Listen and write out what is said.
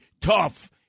tough